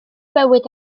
bywyd